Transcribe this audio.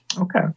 Okay